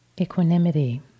Equanimity